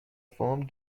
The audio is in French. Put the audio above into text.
forme